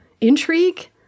intrigue